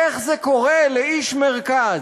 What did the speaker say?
איך זה קורה לאיש מרכז,